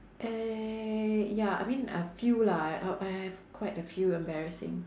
uh ya I mean a few lah I I have quite a few embarrassing